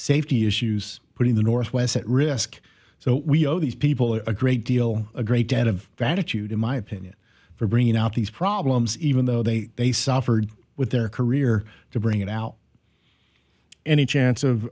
safety issues putting the northwest at risk so we owe these people a great deal a great debt of gratitude in my opinion for bringing out these problems even though they they suffered with their career to bring it out any chance